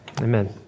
Amen